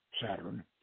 Saturn